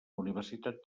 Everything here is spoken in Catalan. universitat